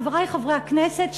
חברי חברי הכנסת,